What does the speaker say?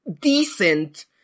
decent